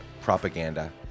Propaganda